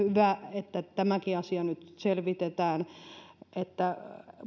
että tämäkin asia nyt selvitetään niin että